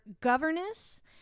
governess